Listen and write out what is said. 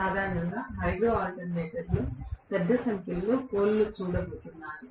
సాధారణంగా హైడ్రో ఆల్టర్నేటర్లలో పెద్ద సంఖ్యలో పోల్ లు చూడబోతున్నాయి